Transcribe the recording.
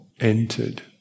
entered